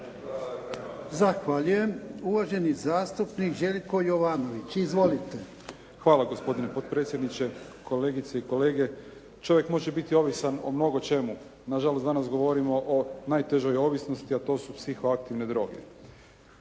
Zahvaljujem. Uvaženi zastupnik Željko Jovanović. Izvolite. **Jovanović, Željko (SDP)** Hvala gospodine potpredsjedniče, kolegice i kolege. Čovjek može biti ovisan o mnogo čemu, na žalost danas govorimo o najtežoj ovisnosti, a to su psihoaktivne droge.